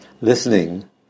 listening